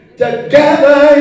together